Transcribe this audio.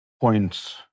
points